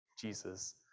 Jesus